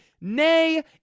Nay